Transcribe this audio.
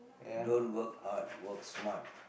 don't work hard work smart